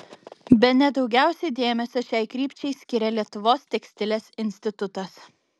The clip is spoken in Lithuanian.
bene daugiausiai dėmesio šiai krypčiai skiria lietuvos tekstilės institutas